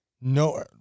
no